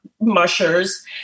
mushers